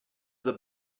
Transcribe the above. the